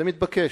זה מתבקש,